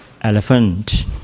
elephant